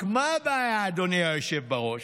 רק מה הבעיה, אדוני היושב בראש?